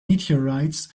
meteorites